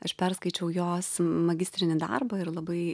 aš perskaičiau jos magistrinį darbą ir labai